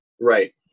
Right